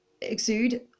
exude